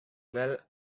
well